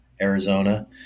Arizona